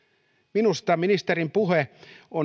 minusta ministerin puhe on